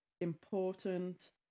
important